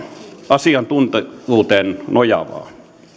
asiantuntevuuteen nojaavaa